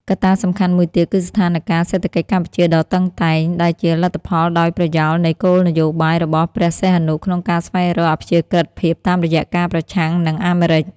កត្តាសំខាន់មួយទៀតគឺស្ថានការណ៍សេដ្ឋកិច្ចកម្ពុជាដ៏តឹងតែង ដែលជាលទ្ធផលដោយប្រយោលនៃគោលនយោបាយរបស់ព្រះសីហនុក្នុងការស្វែងរកអព្យាក្រឹតភាពតាមរយៈការប្រឆាំងនឹងអាមេរិក។